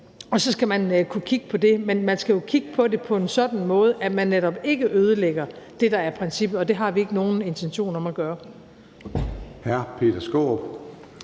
og så skal man kunne kigge på det. Men man skal jo kigge på det på en sådan måde, at man netop ikke ødelægger det, der er princippet, og det har vi ikke nogen intention om at gøre.